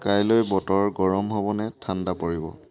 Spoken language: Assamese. কাইলৈ বতৰ গৰম হ'ব নে ঠাণ্ডা পৰিব